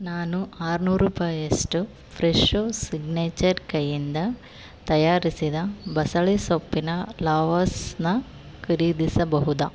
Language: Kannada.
ನಾನು ಆರ್ನೂರು ರೂಪಾಯಿಯಷ್ಟು ಫ್ರೆಶೊ ಸಿಗ್ನೇಚರ್ ಕೈಯ್ಯಿಂದ ತಯಾರಿಸಿದ ಬಸಳೆ ಸೊಪ್ಪಿನ ಲವಾಸ್ನ ಕರೀದಿಸಬಹುದಾ